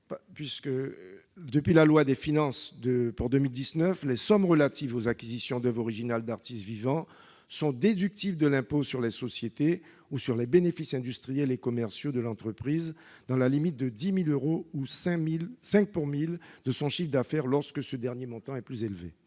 projet de loi de finances pour 2019, les sommes relatives aux acquisitions d'oeuvres originales d'artistes vivants sont déductibles de l'impôt sur les sociétés ou sur les bénéfices industriels et commerciaux de l'entreprise, dans la limite de 10 000 euros ou 5 pour mille de son chiffre d'affaires, lorsque ce dernier montant est plus élevé.